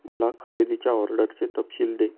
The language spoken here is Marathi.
मला खरेदीच्या ऑर्डरचे तपशील दे